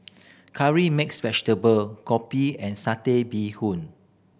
Curry Mixed Vegetable kopi and Satay Bee Hoon